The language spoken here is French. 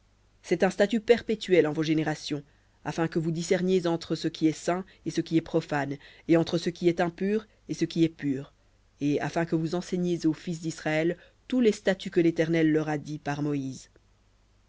un statut perpétuel en vos générations afin que vous discerniez entre ce qui est saint et ce qui est profane et entre ce qui est impur et ce qui est pur et afin que vous enseigniez aux fils d'israël tous les statuts que l'éternel leur a dits par moïse